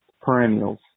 perennials